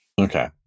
Okay